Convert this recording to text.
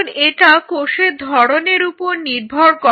কারণ এটা কোষের ধরনের ওপর নির্ভর করে